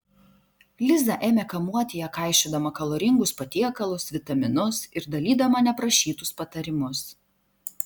liza ėmė kamuoti ją kaišiodama kaloringus patiekalus vitaminus ir dalydama neprašytus patarimus